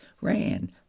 ran